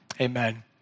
Amen